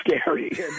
scary